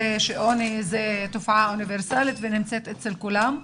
שעוני זה תופעה אוניברסלית ונמצאת אצל כולם.